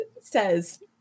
says